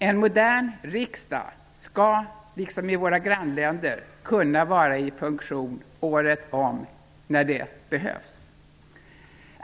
En modern riksdag skall, liksom i våra grannländer, kunna vara i funktion året om när så behövs.